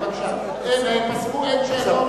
בבקשה, הם עזבו, אין שאלות.